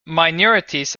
minorities